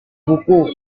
buku